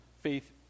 faith